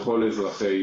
לכל אזרחי